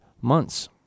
months